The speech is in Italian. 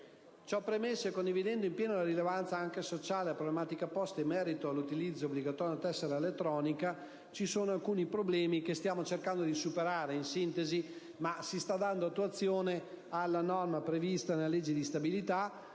Ciò premesso, e condividendo in pieno la rilevanza anche sociale della problematica posta, in merito all'utilizzo obbligatorio di una tessera elettronica, ci sono alcuni problemi che stiamo cercando di superare. In sintesi, si sta dando attuazione alla norma prevista dalla legge di stabilità,